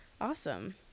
Awesome